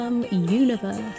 Universe